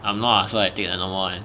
I'm not lah so I take the normal [one]